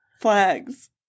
Flags